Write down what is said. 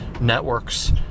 networks